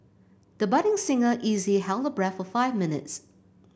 the budding singer easily held her breath for five minutes